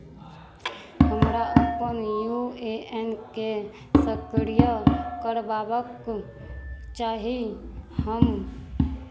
हमरा अपन U A N के सक्रिय करवाबक चाही हम